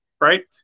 right